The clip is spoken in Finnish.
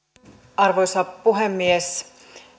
arvoisa puhemies